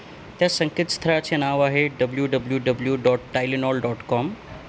त्या संकेतस्थळाचे नाव आहे W W W dot Tylenol dot com